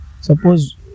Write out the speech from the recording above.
Suppose